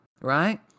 Right